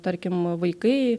tarkim vaikai